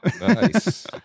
Nice